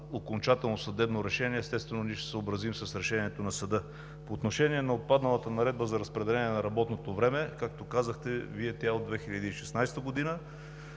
окончателно съдебно решение, естествено, ние ще се съобразим с решението на съда. По отношение на отпадналата Наредба за разпределение на работното време, както казахте Вие, тя е от 2016 г.,